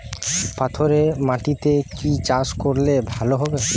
পাথরে মাটিতে কি চাষ করলে ভালো হবে?